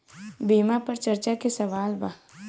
बीमा पर चर्चा के सवाल बा?